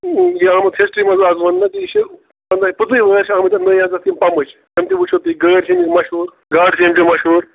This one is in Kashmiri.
یہِ آمُت ہسٹری منٛز آز وَنٛنہٕ یہِ چھِ پٕنٛژٕہٕے وٕہٕرۍ چھِ آمٕتۍ یَتھ نٔے حظ یَتھ یِم پَمٕچ تِم تہِ وُچھُو تُہۍ غٲرۍ چھِ مشہوٗر گاڈٕ چھِ مشہوٗر